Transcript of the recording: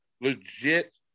legit